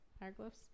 Hieroglyphs